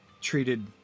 treated